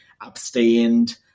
abstained